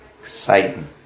Exciting